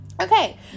Okay